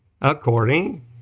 according